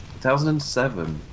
2007